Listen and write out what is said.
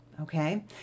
okay